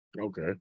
Okay